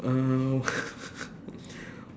um